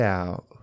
out